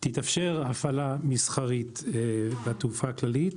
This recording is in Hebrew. תתאפשר הפעלה מסחרית לתעופה הכללית,